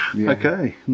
Okay